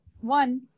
one